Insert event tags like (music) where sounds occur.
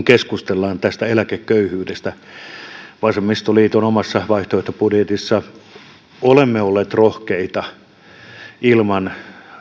(unintelligible) keskustellaan tästä eläkeköyhyydestä vasemmistoliiton omassa vaihtoehtobudjetissa olemme olleet rohkeita ilman